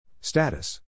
Status